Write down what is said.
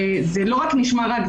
זה לא רק נשמע רק,